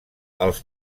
els